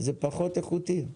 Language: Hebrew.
זה פחות איכותי.